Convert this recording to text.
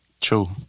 True